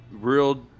real